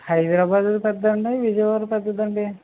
హైదరాబాద్ పెద్దదా అండి విజయవాడ పెద్దదా అండి